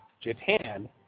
Japan